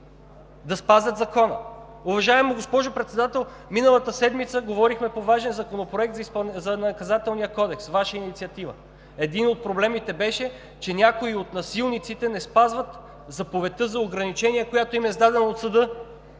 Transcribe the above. да спазят Закона. Уважаема госпожо Председател, миналата седмица говорихме по Вашия законопроект за Наказателния кодекс, Ваша инициатива. Един от проблемите беше, че някои от насилниците не спазват заповедта за ограничение, която им е издадена от съда.